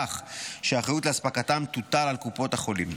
כך שהאחריות לאספקתם תוטל על קופות החולים.